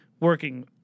working